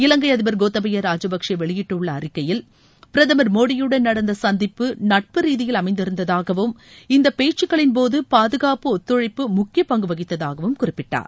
இலங்கை அதிபர் கோத்தபய ராஜபக்சே வெளியிட்டுள்ள அறிக்கையில் பிரதமர் மோடியுடன் நடந்த சந்திப்பு நட்பு ரீதியில் அமைந்திருந்ததாகவும் இந்த பேச்சுகளின் போது பாதுகாப்பு ஒத்துழைப்பு முக்கிய பங்கு வகித்ததாகவும் குறிப்பிட்டார்